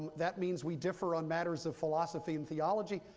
that means we differ on matters of philosophy and theology,